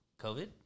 COVID